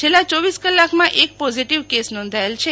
છેલ્લા ચોવિસ કલાકમાં એક પોઝીટીવ કેસ નોંધચેલ છે